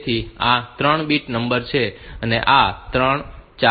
તેથી આ 3 bit number છે આ 3 4 અને 5 છે